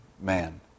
man